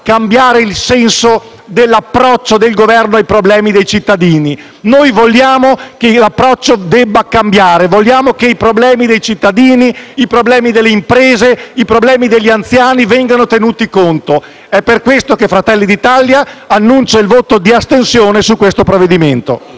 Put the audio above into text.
cambiare il senso dell'approccio del Governo ai problemi dei cittadini. Noi vogliamo che l'approccio cambi. Vogliamo che dei problemi dei cittadini, dei problemi delle imprese, dei problemi degli anziani venga tenuto conto. È per questo che Fratelli d'Italia dischiara il voto di astensione sul provvedimento